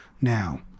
now